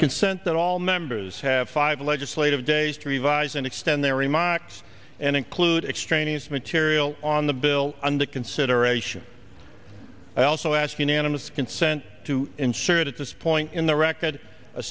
that all members have five legislative days to revise and extend their remarks and include extraneous material on the bill under consideration i also ask unanimous consent to insert at this point in the record a